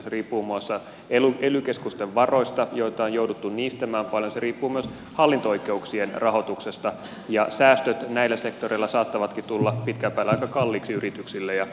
se riippuu muun muassa ely keskusten varoista joita on jouduttu niistämään paljon se riippuu myös hallinto oikeuksien rahoituksesta ja säästöt näillä sektoreilla saattavatkin tulla pitkän päälle aika kalliiksi yrityksille ja kotitalouksille